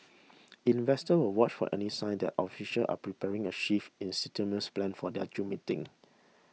investors will watch for any sign that officials are preparing a shift in stimulus plans for their June meeting